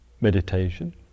meditation